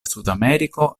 sudameriko